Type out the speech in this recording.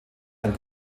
ein